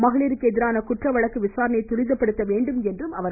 மகளிருக்கு எதிரான குற்ற வழக்கு விசாரணையை துரிதப்படுத்த வேண்டும் என்றும் அவர் கோரினார்